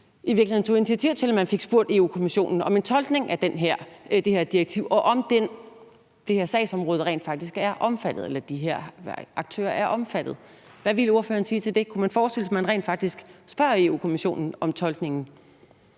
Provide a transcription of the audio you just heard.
i virkeligheden tog initiativ til, at man fik spurgt Europa-Kommissionen om en tolkning af det her direktiv, og om det her sagsområde eller de her aktører rent faktisk er omfattet? Hvad ville ordføreren sige til det? Kunne man forestille sig, at man rent faktisk spørger Europa-Kommissionen om tolkningen?